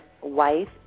wife